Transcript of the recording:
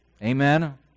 Amen